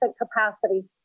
capacity